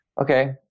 Okay